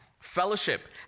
Fellowship